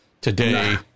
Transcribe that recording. today